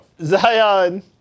Zion